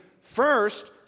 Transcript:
first